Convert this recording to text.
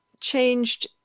changed